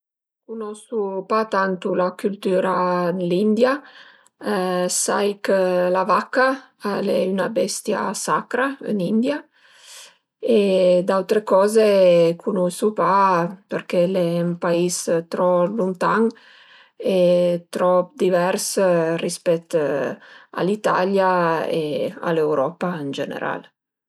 Cunosu pa tantu la cültüra dë l'India, sai chë la vaca al e 'na bestia sacra ën India e d'autre coze cunuisu pa perché al e ün pais trop luntan e trop divers rispèt a l'Italia e a l'Europa ën general